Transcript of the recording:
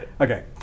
okay